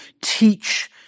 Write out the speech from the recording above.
teach